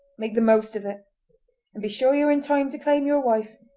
make the most of it! and be sure you're in time to claim your wife!